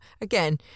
again